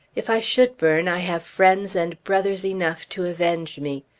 if i should burn, i have friends and brothers enough to avenge me.